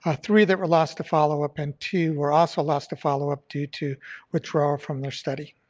ah three that were lost to follow-up and two were also lost to follow-up due to withdrawal from the study.